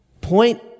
Point